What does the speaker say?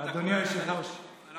אדוני היושב-ראש, בכבוד.